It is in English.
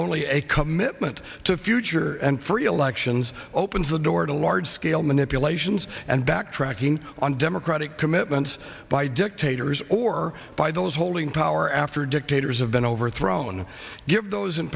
only a commitment to future and free elections opens the door to large scale manipulations and backtracking on democratic commitments by dictators or by those holding power after dictators have been overthrown give those in